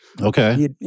Okay